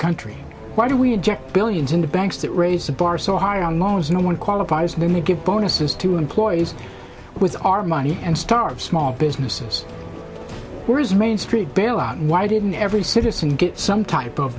country why do we inject billions into banks that raise the bar so high on loans no one qualifies when we get bonuses to employees with our money and start small businesses whose main street bailout why didn't every citizen get some type of